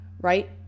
right